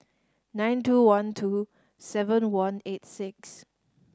nine two one two seven one eight six